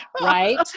right